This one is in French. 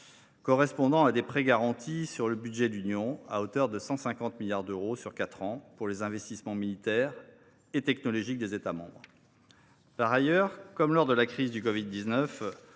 correspondant à des prêts garantis par le budget de l’Union à hauteur de 150 milliards d’euros sur quatre ans pour les investissements militaires et technologiques des États membres. Par ailleurs, comme lors de la crise du covid 19,